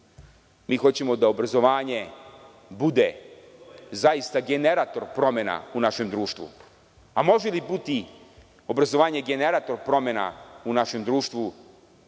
mi hoćemo da obrazovanje bude zaista generator promena u našem društvu. Može li biti obrazovanje generator promena u našem društvu